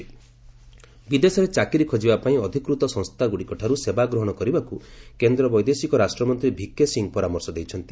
VK Singh passport ବିଦେଶରେ ଚାକିରି ଖୋଜିବା ପାଇଁ ଅଧିକୃତ ସଂସ୍ଥାଗୁଡ଼ିକଠାରୁ ସେବା ଗ୍ରହଣ କରିବାକୁ କେନ୍ଦ୍ର ବୈଦେଶିକ ରାଷ୍ଟ୍ରମନ୍ତ୍ରୀ ଭିକେ ସିଂ ପରାମର୍ଶ ଦେଇଛନ୍ତି